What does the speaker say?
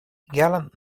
gallant